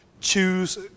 Choose